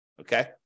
Okay